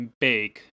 bake